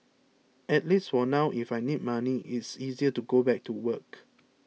at least now if I need money it's easier to go back to work